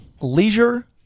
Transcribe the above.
Leisure